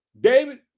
david